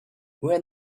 where